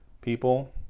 people